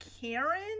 Karen